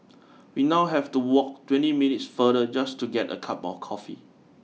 we now have to walk twenty minutes farther just to get a cup of coffee